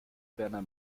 berner